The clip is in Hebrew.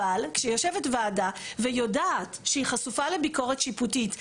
אבל כשיושבת ועדה ויודעת שהיא חשופה לביקורת שיפוטית,